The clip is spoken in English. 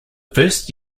first